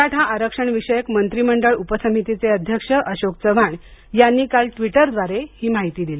मराठा आरक्षण विषयक मंत्रिमंडळ उपसमितीचे अध्यक्ष अशोक चव्हाण यांनी काल ट्विटद्वारे ही माहिती दिली